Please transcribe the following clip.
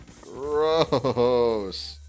Gross